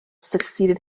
succeeded